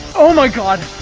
oh my god!